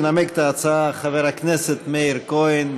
ינמק את ההצעה חבר הכנסת מאיר כהן.